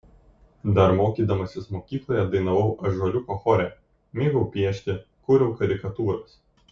dar mokydamasis mokykloje dainavau ąžuoliuko chore mėgau piešti kūriau karikatūras